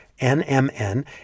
NMN